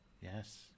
Yes